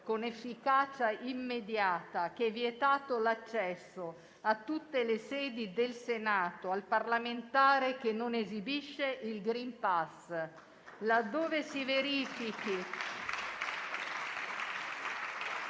con efficacia immediata, che è vietato l'accesso a tutte le sedi del Senato al parlamentare che non esibisce il *green pass.*